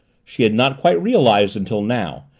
she had not quite realized, until now,